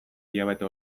hilabete